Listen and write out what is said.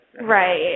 Right